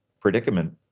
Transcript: predicament